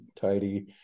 tidy